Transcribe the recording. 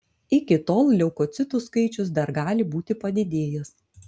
iki tol leukocitų skaičius dar gali būti padidėjęs